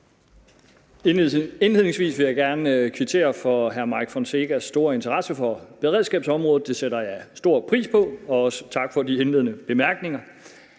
Indledningsvis vil jeg gerne kvittere for hr. Mike Villa Fonsecas store interesse for beredskabsområdet. Det sætter jeg stor pris på, og også tak for de indledende bemærkninger.